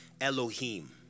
Elohim